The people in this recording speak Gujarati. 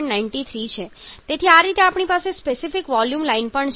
93 છે તેથી આ રીતે આપણી પાસે સ્પેસિફિક વોલ્યુમ લાઇન પણ છે